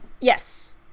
Yes